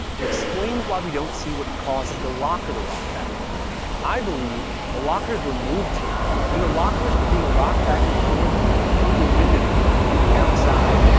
it explains why we don't see what causes the locker to rock back and forth. i believe the lockers were moved here, and the lockers are being rocked back and forth through the window from the outside.